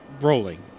rolling